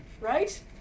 Right